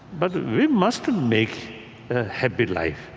but we must make a happy life.